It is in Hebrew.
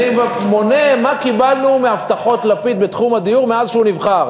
אני מונה מה קיבלנו מהבטחות לפיד בתחום הדיור מאז שהוא נבחר,